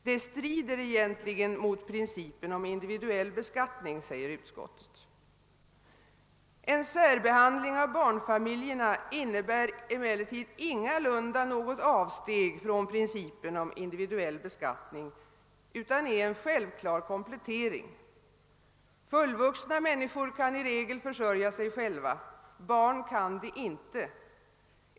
Det strider egentligen mot principen om individuell beskattning, säger utskottet. En särbehandling av barnfamiljerna innebär emellertid ingalunda något avsteg från principen om individuell beskattning utan är en självklar komplettering. Fullvuxna människor kan i regel försörja sig själva, barn kan det inte.